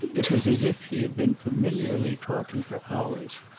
it was as if he had been familiarly talking for hours.